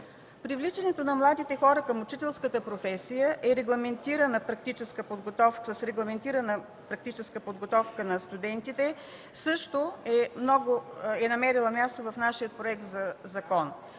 Привличането на младите хора към учителската професия с регламентирана практическа подготовка на студентите също е намерило място в нашия Проект за закон.